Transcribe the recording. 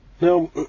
now